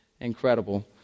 incredible